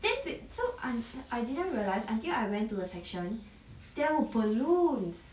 then so un~ I didn't realise until I went to a section there were balloons